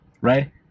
Right